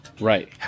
Right